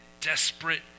desperate